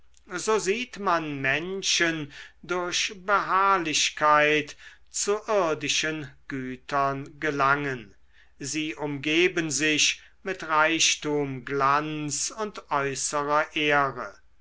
so sieht man menschen durch beharrlichkeit zu irdischen gütern gelangen sie umgeben sich mit reichtum glanz und äußerer ehre